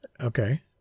Okay